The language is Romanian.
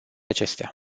acestea